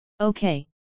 Okay